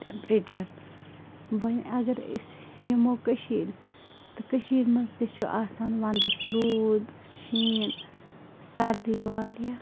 temperature وۄنۍ اَگر أسۍ نِمو کٔشیٖرِ تہٕ کٔشیٖرِ منٛز تہِ چھُ آسان وَندَس روٗد شیٖن سردی واریاہ